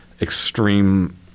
extreme